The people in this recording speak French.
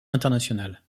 internationale